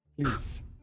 please